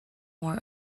more